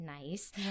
nice